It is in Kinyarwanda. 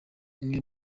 umwe